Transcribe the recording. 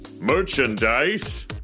Merchandise